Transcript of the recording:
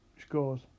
scores